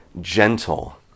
gentle